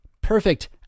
perfect